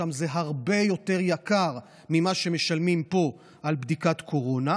שם זה הרבה יותר יקר ממה שמשלמים פה על בדיקת קורונה,